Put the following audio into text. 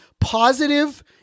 positive